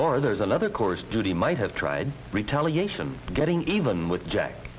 or there's another chorus duty might have tried retaliation getting even with jack